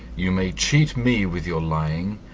you may cheat me with your lying,